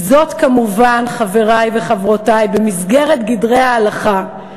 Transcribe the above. וזאת, כמובן, חברי וחברותי, במסגרת גדרי ההלכה.